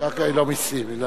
קרקע היא לא מסים.